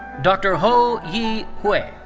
dr. ho yee hui.